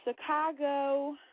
Chicago